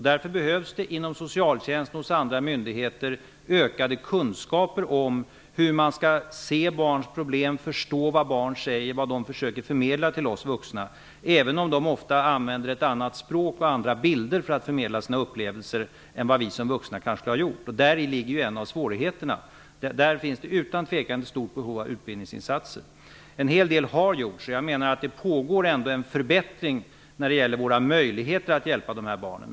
Därför behövs inom socialtjänsten och hos andra myndigheter ökade kunskaper om hur man skall se barns problem, förstå vad barn säger och vad de försöker förmedla till oss vuxna, även om de ofta använder ett annat språk och andra bilder för att förmedla sina upplevelser än vad vi som vuxna kanske skulle ha gjort. Däri ligger också en av svårigheterna, och där finns det utan tvivel ett stort behov av utbildningsinsatser. En hel del har gjorts, och jag menar att det ändå pågår en förbättring när det gäller våra möjligheter att hjälpa de här barnen.